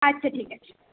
আচ্ছা ঠিক আছে